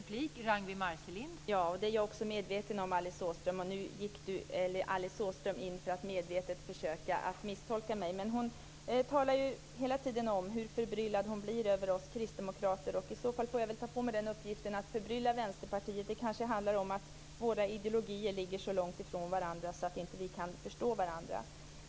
Fru talman! Det är jag också medveten om, Alice Åström. Nu gick Alice Åström medvetet in för att försöka misstolka mig. Hon talar ju hela tiden om hur förbryllad hon blir över oss kristdemokrater. I så fall får jag väl ta på mig uppgiften att förbrylla Vänsterpartiet. Det kanske handlar om att våra ideologier ligger så långt ifrån varandras att vi inte kan förstå varandra.